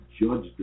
Judge